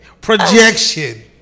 Projection